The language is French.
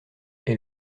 est